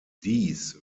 dies